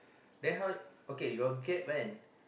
then how okay your gap kan